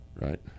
right